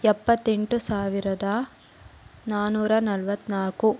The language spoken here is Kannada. ಎಪ್ಪತ್ತೆಂಟು ಸಾವಿರದ ನಾನ್ನೂರ ನಲ್ವತ್ನಾಲ್ಕು